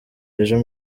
ejo